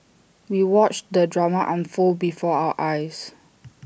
we watched the drama unfold before our eyes